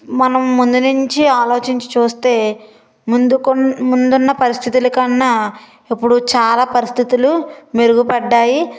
మనం ముందునుంచీ ఆలోచించి చూస్తే ముందు క ముందున్న పరిస్థితుల కన్నా ఇప్పుడు చాలా పరిస్థితులు మెరుగుపడ్డాయి